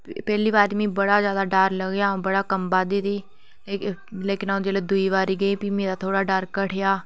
पैह्ली बारी मीं बड़ा ज्यादा डर लग्गेआ बड़ा कम्बा दी ही लेकिन अऊं जिसलै दूई बारी गेई फ्ही मेरा डर घटेआ